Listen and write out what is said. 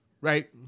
Right